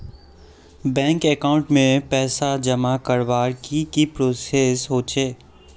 Bank account में पैसा जमा करवार की की प्रोसेस होचे?